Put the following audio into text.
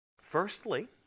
Firstly